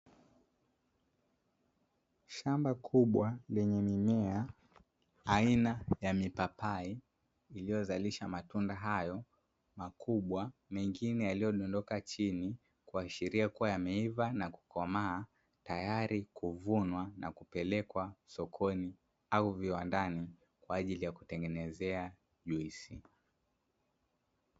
Shamba kubwa lenye mimea aina ya mipapai iliyozalisha matunda haya makubwa na mengine yakiwa yamedondoka chini kuashiria kuwa yameiva na kukomaa, tayari kuvunwa na kupelekwa sokoni au viwandani kwa ajili ya kutengenezea juisi.